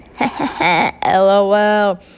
LOL